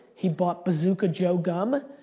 he bought bazooka joe gum,